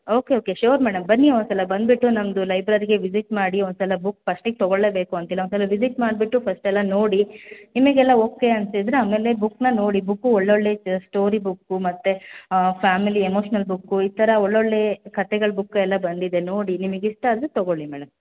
okay okay sure madam ಬನ್ನಿ ಒಂದ್ಸಲ ಬಂದುಬಿಟ್ಟು ನಮ್ಮದು ಲೈಬ್ರರಿಗೆ ವಿಸಿಟ್ ಮಾಡಿ ಒಂದು ಸಲ ಬುಕ್ ಫಸ್ಟಿಗೆ ತಗೊಳ್ಳಲೇಬೇಕು ಅಂತಿಲ್ಲ ಒಂದು ಸಲ ವಿಸಿಟ್ ಮಾಡಿಬಿಟ್ಟು ಫಸ್ಟೆಲ್ಲಾ ನೋಡಿ ನಿಮಗೆಲ್ಲಾ ಓಕೆ ಅನ್ಸಿದ್ರೆ ಆಮೇಲೆ ಬುಕ್ಕನ್ನು ನೋಡಿ ಬುಕ್ಕು ಒಳ್ಳೊಳ್ಳೆಯ ಸ್ಟೋರಿ ಬುಕ್ಕು ಮತ್ತು ಫ್ಯಾಮಿಲಿ ಎಮೋಷ್ನಲ್ ಬುಕ್ಕು ಈ ಥರ ಒಳ್ಳೊಳ್ಳೆಯ ಕತೆಗಳ ಬುಕ್ಕೆಲ್ಲಾ ಬಂದಿದೆ ನೋಡಿ ನಿಮಗೆ ಇಷ್ಟ ಆದರೆ ತೊಗೊಳ್ಳಿ ಮೇಡಮ್